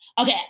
Okay